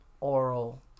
oral